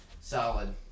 Solid